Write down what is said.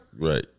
Right